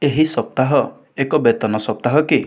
ଏହି ସପ୍ତାହ ଏକ ବେତନ ସପ୍ତାହ କି